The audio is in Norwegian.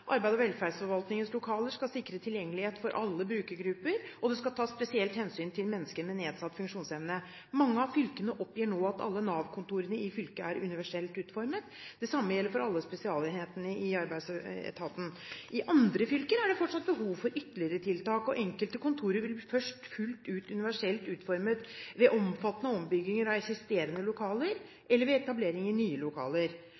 Arbeids- og velferdsetaten. I andre fylker er det fortsatt behov for ytterligere tiltak. Enkelte kontorer vil først bli fullt ut universelt utformet ved omfattende ombygginger av eksisterende lokaler eller ved etablering i nye lokaler.»